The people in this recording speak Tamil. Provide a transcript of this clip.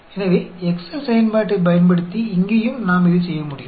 எனவே எக்செல் செயல்பாட்டைப் பயன்படுத்தி இங்கேயும் நாம் இதைச் செய்ய முடியும்